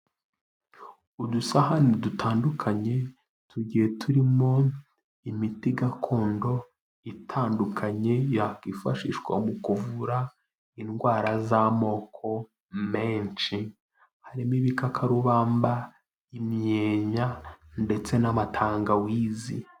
udusahani dutandukanye tugiye turimo imiti gakondo itandukanye yakwifashishwa mu kuvura indwara z'amoko menshi harimo ibikakarubamba, imyeya ndetse n'amatangawizi.